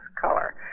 color